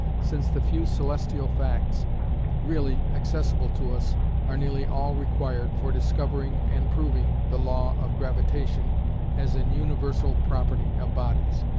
since the few celestial facts really accessible to us are nearly all required for discovering and proving the law of gravitation as an universal property of bodies,